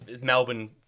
Melbourne